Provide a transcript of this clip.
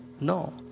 No